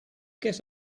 guess